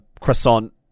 croissant